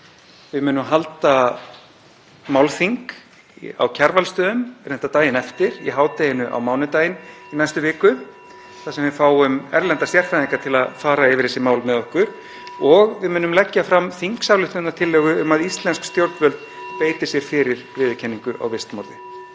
Við munum halda málþing á Kjarvalsstöðum, reyndar daginn eftir, í hádeginu á mánudaginn í næstu viku, þar sem við fáum erlenda sérfræðinga (Forseti hringir.) til að fara yfir þessi mál með okkur, (Forseti hringir.) og við munum leggja fram þingsályktunartillögu um að íslensk stjórnvöld beiti sér fyrir viðurkenningu á vistmorði.